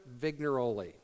Vignaroli